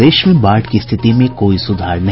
प्रदेश में बाढ़ की स्थिति में कोई सुधार नहीं